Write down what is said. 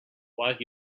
while